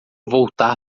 voltar